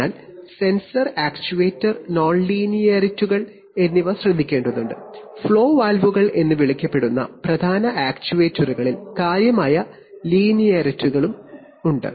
അതിനാൽ sensor actuator non ലീനിയറിറ്റികൾ എന്നിവ ശ്രദ്ധിക്കേണ്ടതുണ്ട് ഫ്ലോ വാൽവുകൾ എന്ന് വിളിക്കപ്പെടുന്ന പ്രധാന ആക്യുവേറ്ററുകളിൽ കാര്യമായ non ലീനിയറിറ്റികളുണ്ട്